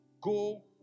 go